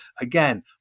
again